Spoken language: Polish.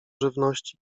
żywności